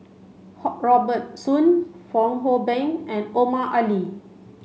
Robert Soon Fong Hoe Beng and Omar Ali